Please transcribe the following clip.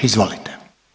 Izvolite.